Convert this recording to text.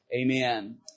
Amen